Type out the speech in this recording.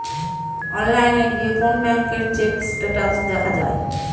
অনলাইনে গিয়ে কোন ব্যাঙ্কের চেক স্টেটাস দেখা যায়